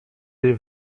jej